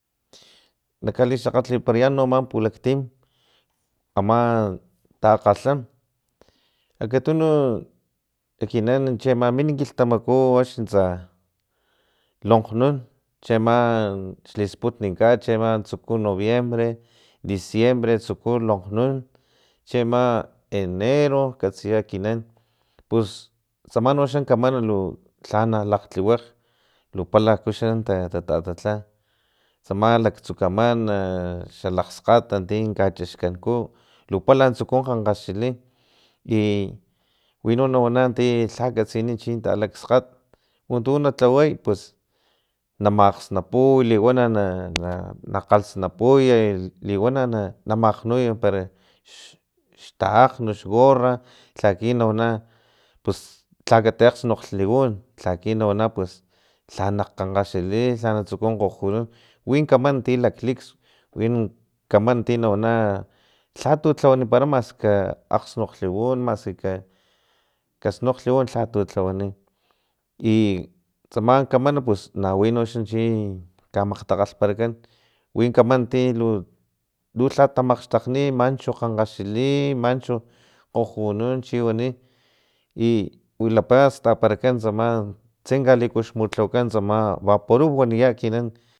Nak kalixakgatliparayan no ama pulaktim ama taakgalham akatunu ekinan chi ama min kilhtamaku axni tsa lonkgnun chiama xlisputni kat chiama tatsuku noviembre diciembre tsuku lonkgnun chiama enero katsiya ekinan pus tsama noxa kaman lu lhana lu tliwakg lupala ku xa ta talha tsama laktsu kaman na xalakgskgat ti kacaxkanku pala tsuku kgankgaxili i wino na wana ti lha katsini chintala kskgat untu la tlaway pues na makgsnapuy liwana na na kgalhsnapuy liwana na makgnuy para xtaakgn xgorra laki na wana pus lha kati akgsnokglh un china wana pus lha na kgankgaxili lha na tsuku kgojonun win kaman ti lak liks wi kaman ti nawana lhatu lhawanipara maski ka akgsnoklh un maski kasnokglh un lhatu lhawani i tsama kaman pus nawinoxa ti kamakgtakgalhparakan win kaman ti lu lha tamakgxtakgni manchu kgankgaxili manchu kgojonun chiwani i wilapa staparakan tsama tse kali kuxmutlawakan tsama vaporu waniya ekinan